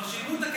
הם יודעים את זה,